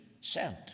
sent